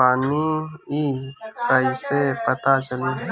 बानी ई कईसे पता चली?